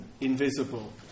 invisible